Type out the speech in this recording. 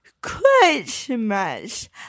Christmas